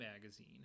magazine